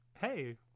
hey